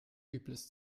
übles